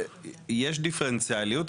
יש דיפרנציאליות,